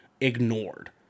ignored